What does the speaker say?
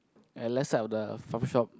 at left side of the coffee shop